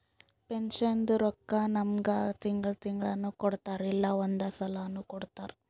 ಪೆನ್ಷನ್ದು ರೊಕ್ಕಾ ನಮ್ಮುಗ್ ತಿಂಗಳಾ ತಿಂಗಳನೂ ಕೊಡ್ತಾರ್ ಇಲ್ಲಾ ಒಂದೇ ಸಲಾನೂ ಕೊಡ್ತಾರ್